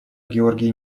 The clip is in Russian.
георгий